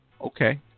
Okay